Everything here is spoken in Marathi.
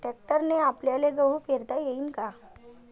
ट्रॅक्टरने आपल्याले गहू पेरता येईन का?